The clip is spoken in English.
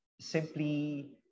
simply